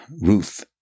Ruth